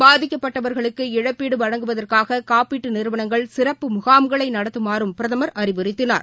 பாதிக்கப்பட்டவர்களுக்கு இழப்பீடுவழங்குவதற்காககாப்பீட்டுநிறுவனங்கள் சிறப்பு முகாம்களைநடத்துமாறும் பிரதமர் அறிவுறுத்தினார்